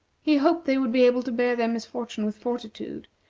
he hoped they would be able to bear their misfortune with fortitude,